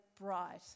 bright